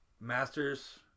Masters